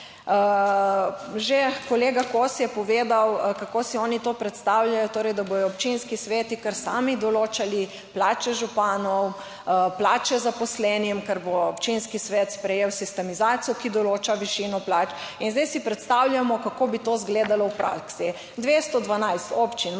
Že kolega Kosi je povedal kako si oni to predstavljajo, torej da bodo občinski sveti kar sami določali plače županov, plače zaposlenim, ker bo občinski svet sprejel sistemizacijo, ki določa višino plač in zdaj si predstavljamo, kako bi to izgledalo v praksi. 212 občin